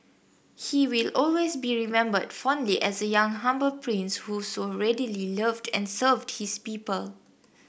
he will always be remembered fondly as a young humble prince who so readily loved and served his people